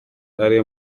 ari